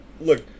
Look